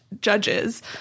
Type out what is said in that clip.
judges